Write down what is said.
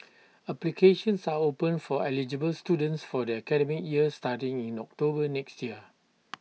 applications are open for eligible students for their academic year starting in October next year